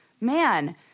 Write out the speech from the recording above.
man